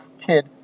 kid